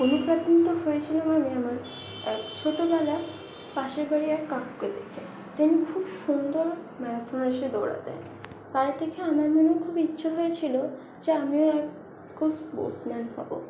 অনুপ্রাণিত হয়েছিলাম আমি আমার এক ছোটবেলার পাশের বাড়ির এক কাকুকে দেখে তিনি খুব সুন্দর ম্যারাথন রেসে দৌড়াতেন তাই দেখে আমার মনেও খুব ইচ্ছে হয়েছিল যে আমিও এক স্পোর্টস ম্যান হবো